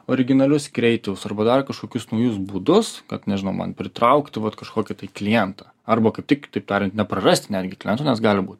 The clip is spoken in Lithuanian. originalius greitus arba dar kažkokius naujus būdus kad nežinau man pritraukti vat kažkokį tai klientą arba kaip tik kitaip tariant neprarasti netgi klientų nes gali būt